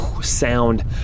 sound